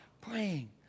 praying